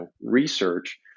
research